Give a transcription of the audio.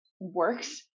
works